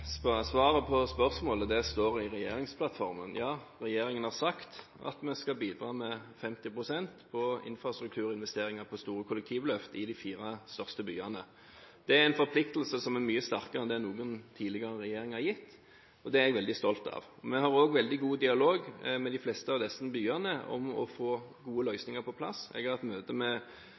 Svaret på spørsmålet står i regjeringsplattformen. Ja, regjeringen har sagt at vi skal bidra med 50 pst. til infrastrukturinvesteringer på store kollektivløft i de fire største byene. Det er en forpliktelse som er mye sterkere enn det noen tidligere regjering har gitt, og det er jeg veldig stolt av. Vi har også en veldig god dialog med de fleste av disse byene om å få gode løsninger på plass. Jeg har f.eks. hatt møte med Oslo og Akershus om Fornebubanen. Vi har hatt møte